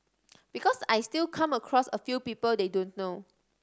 because I still come across a few people they don't know